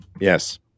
Yes